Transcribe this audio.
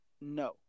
No